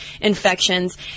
infections